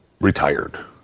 retired